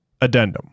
Addendum